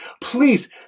Please